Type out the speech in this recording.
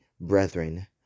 brethren